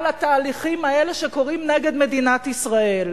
על התהליכים האלה שקורים נגד מדינת ישראל.